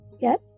yes